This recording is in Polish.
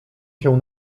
się